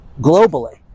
globally